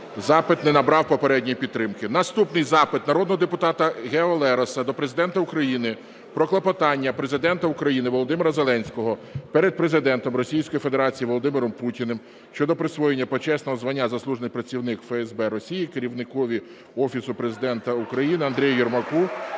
Запит не набрав попередньої підтримки. Наступний запит народного депутата Гео Лероса до Президента України про клопотання Президента України Володимира Зеленського перед Президентом Російської Федерації Володимиром Путіним щодо присвоєння почесного звання "заслужений працівник ФСБ Росії" Керівникові Офісу Президента України Андрію Єрмаку